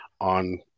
on